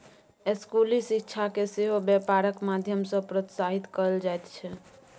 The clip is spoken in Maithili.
स्कूली शिक्षाकेँ सेहो बेपारक माध्यम सँ प्रोत्साहित कएल जाइत छै